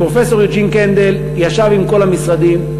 ופרופסור יוג'ין קנדל ישב עם כל המשרדים.